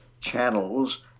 channels